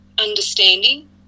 understanding